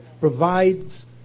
provides